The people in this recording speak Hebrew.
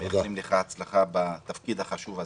מאחלים לך הצלחה בתפקיד החשוב הזה.